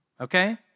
Okay